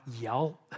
yell